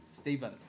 Stephen